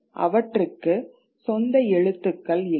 அவற்றுக்கு சொந்த எழுத்துக்கள் இல்லை